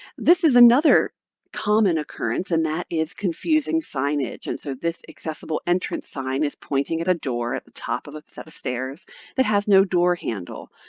this is another common occurrence, and that is confusing signage. and so this accessible entrance sign is pointing at a door at the top of a set of stairs that has no door handle.